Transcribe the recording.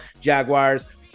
Jaguars